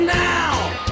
now